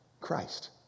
Christ